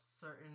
certain